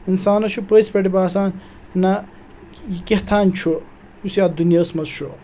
اِنسانَس چھُ پٔژھۍ پٲٹھۍ باسان نہ یہِ کیٛاہ تھام چھُ یُس یَتھ دُنیاہَس منٛز چھُ